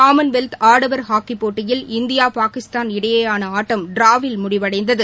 Commonwealth ஆடவர் ஹாக்கிப்போட்டியில் India Pakistan இடையேயான ஆட்டம் டிராவில் முடிவடைந்தது